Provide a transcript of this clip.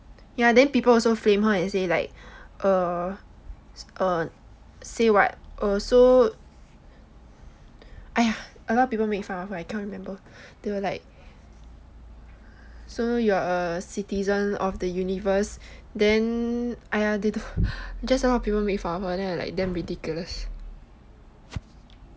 ya then people also flame her say like err say what err so !aiya! a lot of people make fun her cannot remember but say like so you are a citizen of the universe then !aiya! then just a lot of people make fun of her damn ridiculous